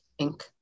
Inc